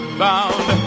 bound